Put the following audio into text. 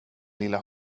lilla